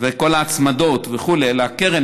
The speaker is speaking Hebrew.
וכל ההצמדות, הקרן,